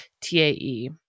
T-A-E